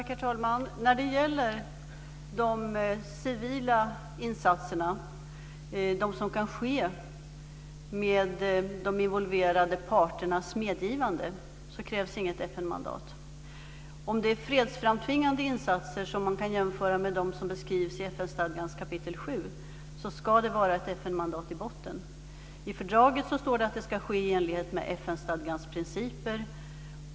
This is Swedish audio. Herr talman! När det gäller de civila insatserna, de som kan ske med de involverade parternas medgivande, krävs det inget FN-mandat. Om det är fredsframtvingande insatser som man kan jämföra med dem som beskrivs i FN-stadgans kapitel 7 ska det vara ett FN-mandat i botten. I fördraget står det att det ska ske i enlighet FN-stadgans principer.